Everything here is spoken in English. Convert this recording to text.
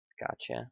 Gotcha